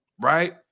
right